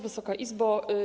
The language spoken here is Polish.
Wysoka Izbo!